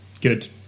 good